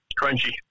Crunchy